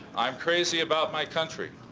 i'm crazy about my country.